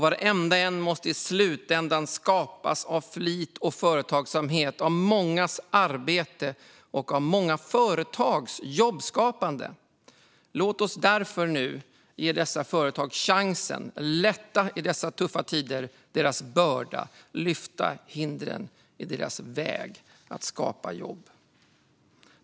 Varenda krona måste i slutändan skapas av flit och företagsamhet, av mångas arbete och av många företags jobbskapande. Låt oss därför nu ge dessa företag chansen! Lätta i dessa tuffa tider deras börda och lyft hindren i deras väg mot att skapa jobb.